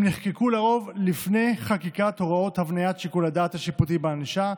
הם נחקקו לרוב לפני חקיקת הוראות הבניית שיקול הדעת השיפוטי בענישה,